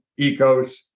Ecos